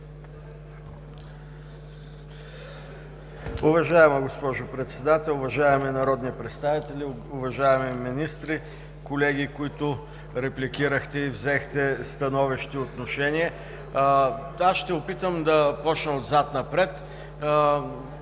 Уважаема госпожо Председател, уважаеми народни представители, уважаеми министри, колеги, които репликирахте и взехте становище и отношение! Аз ще опитам да започна отзад напред.